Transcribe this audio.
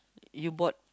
you bought